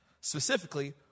specifically